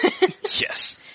Yes